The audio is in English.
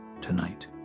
tonight